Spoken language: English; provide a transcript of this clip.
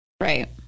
right